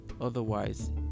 otherwise